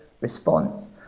response